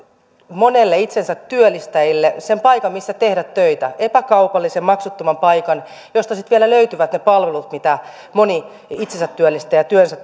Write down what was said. monille itsensätyöllistäjille sen paikan missä tehdä töitä epäkaupallisen maksuttoman paikan josta sitten vielä löytyvät ne palvelut mitä moni itsensätyöllistäjä työnsä